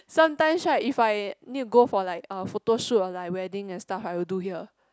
sometimes right if I need to go for like uh photoshoot or like wedding and stuff I will do here